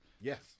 Yes